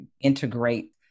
integrate